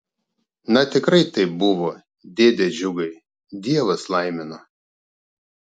na tikrai taip buvo dėde džiugai dievas laimino